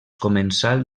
comensal